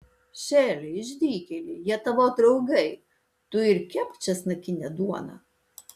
šeli išdykėli jie tavo draugai tu ir kepk česnakinę duoną